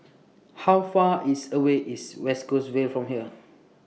How Far IS away IS West Coast Vale from here